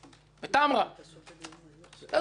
עזבו.